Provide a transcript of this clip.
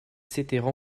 s’étaient